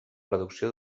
reducció